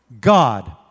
God